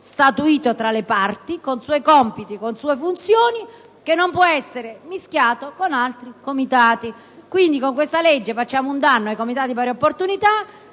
statuito tra le parti, con suoi compiti e funzioni, che non può essere confuso con altri comitati. Quindi, con questa legge arrechiamo un danno ai comitati per le pari opportunità